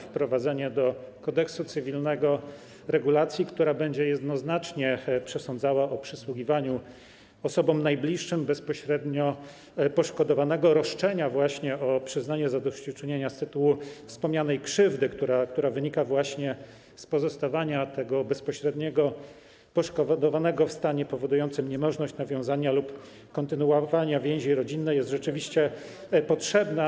Wprowadzenie do Kodeksu cywilnego regulacji, która będzie jednoznacznie przesądzała o przysługiwaniu osobom najbliższym bezpośredniego poszkodowanego roszczenia o przyznanie zadośćuczynienia z tytułu wspomnianej krzywdy, która wynika z pozostawania bezpośredniego poszkodowanego w stanie powodującym niemożność nawiązania lub kontynuowania więzi rodzinnej, jest rzeczywiście potrzebna.